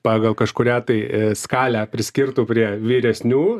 pagal kažkurią tai skalę priskirtų prie vyresnių